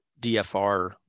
DFR